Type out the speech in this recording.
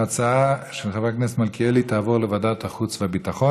ההצעה של חבר הכנסת מלכיאלי תעבור לוועדת החוץ והביטחון.